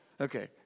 Okay